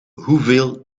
hoeveel